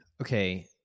Okay